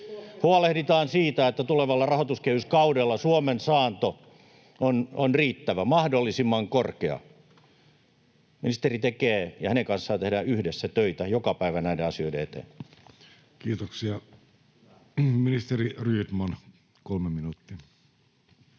huolehditaan siitä, että tulevalla rahoituskehyskaudella Suomen saanto on riittävä, mahdollisimman korkea. Ministeri tekee ja hänen kanssaan tehdään yhdessä töitä joka päivä näiden asioiden eteen. [Speech 89] Speaker: Jussi